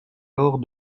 laure